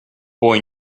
boy